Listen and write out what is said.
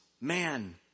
man